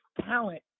talent